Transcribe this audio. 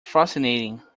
fascinating